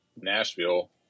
Nashville